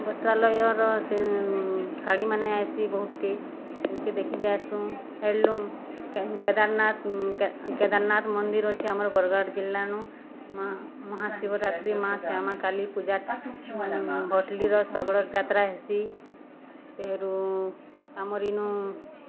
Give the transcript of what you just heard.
ବସ୍ତ୍ରାଲୟର ସେ ଶାଢ଼ୀମାନେ ଆଏସି ବହୁତ୍ଟେ ସେନ୍କେ ଦେଖି ଯାଏସୁଁ ହେଣ୍ଡ୍ଲୁମ୍ କେଦାର୍ନାଥ୍ କେଦାରନାଥ୍ ମନ୍ଦିର୍ ଅଛେ ଆମର୍ ବର୍ଗଡ଼୍ ଜିଲ୍ଲାନୁ ମହାଶିବରାତ୍ରି ମା ଶ୍ୟାମା କାଲି ପୂଜା ଭଟ୍ଲିର ସଗଡ଼୍ ଯାତ୍ରା ହେସି ତେହରୁ ଆମର୍ ଇନୁ